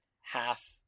half